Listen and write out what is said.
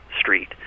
Street